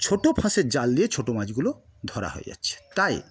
ছোট ফাঁসের জাল দিয়ে ছোট মাছগুলো ধরা হয়ে যাচ্ছে তাই